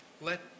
Let